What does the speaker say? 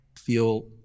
feel